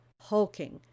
hulking